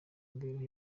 mibereho